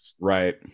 Right